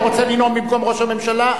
אתה רוצה לנאום במקום ראש הממשלה?